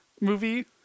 movie